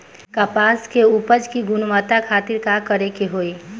कपास के उपज की गुणवत्ता खातिर का करेके होई?